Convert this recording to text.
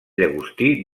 llagostí